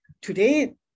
Today